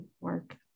work